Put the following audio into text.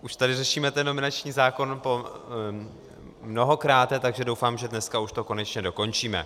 Už tady řešíme ten nominační zákon po mnohokráte, takže doufám, že dneska už to konečně dokončíme.